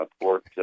port